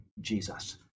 Jesus